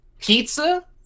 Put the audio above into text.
pizza